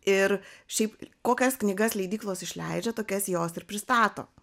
ir šiaip kokias knygas leidyklos išleidžia tokias jos ir pristato